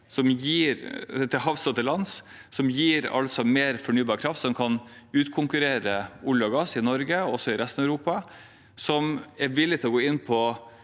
som gir mer fornybar kraft som kan utkonkurrere olje og gass i Norge og også i resten av Europa. De er minst villige til å gå inn på